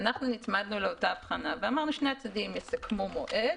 אנחנו נצמדנו לאותה הבחנה ואמרנו: שני הצדדים יסכמו מועד.